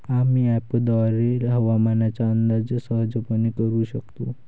आम्ही अँपपद्वारे हवामानाचा अंदाज सहजपणे करू शकतो